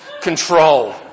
control